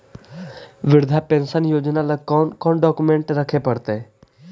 वृद्धा पेंसन योजना ल कोन कोन डाउकमेंट रखे पड़तै?